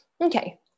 okay